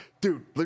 Dude